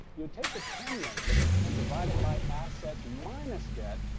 you take the ten million and divide it by assets minus debt,